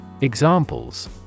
Examples